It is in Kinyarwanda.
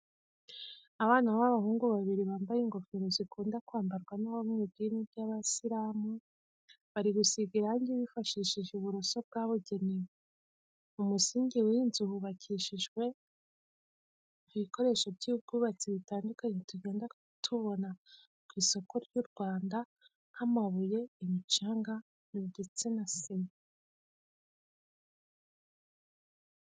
Abana b'abahungu babiri bambaye ingofero zikunda kwambarwa n'abo mu idini ry'abasilamu, bari gusiga irangi bifashishije uburoso bwabugenewe. Mu musingi w'iyi nzu hubakishije ibikoresho by'ubwubatsi bitandukanye tugenda tubona ku isoko ry'u Rwanda nk'amabuye, imicanga ndetse na sima.